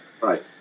Right